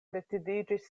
decidiĝis